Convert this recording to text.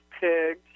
pigs